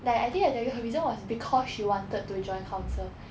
like I think I tell you her reason was because she wanted to join council